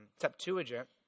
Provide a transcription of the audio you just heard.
septuagint